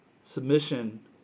submission